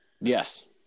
Yes